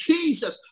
Jesus